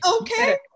Okay